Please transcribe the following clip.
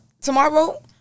tomorrow